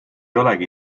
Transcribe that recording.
olegi